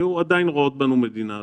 עדיין היו רואות בנו מדינה אדומה.